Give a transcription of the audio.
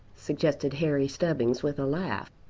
suggested harry stubbings with a laugh.